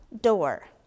door